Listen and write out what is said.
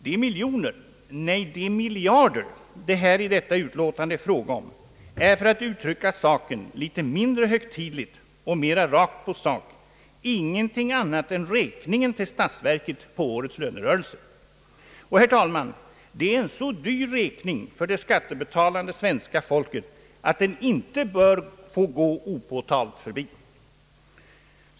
De miljoner, nej de miljarder, som det i detta utlåtande är fråga om är — för att uttrycka saken litet mindre högtidligt och mera rakt på sak — ingenting annat än räkningen till statsverket för årets lönerörelse. Och det är, herr talman, en så dyr räkning för det skattebetalande svenska folket att den inte bör få gå opåtalt förbi.